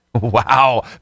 Wow